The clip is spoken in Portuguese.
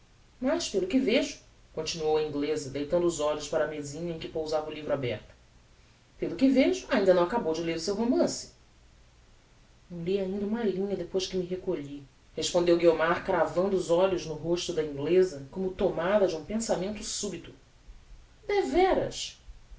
mas pelo que vejo continuou a ingleza deitando os olhos para a mezinha em que pousava o livro aberto pelo que vejo ainda não acabou de ler o seu romance não li ainda uma linha depois que me recolhi respondeu guiomar cravando os olhos no rosto da ingleza como tomada de um pensamento subito deveras